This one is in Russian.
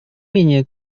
менее